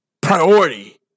priority